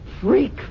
Freak